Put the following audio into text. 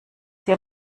sie